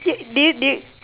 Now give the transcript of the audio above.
did you do